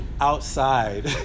outside